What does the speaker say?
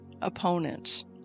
opponents